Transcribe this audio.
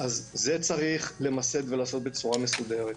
אז זה צריך למסד ולעשות בצורה מסודרת.